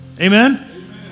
Amen